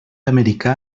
americà